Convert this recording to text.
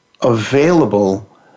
available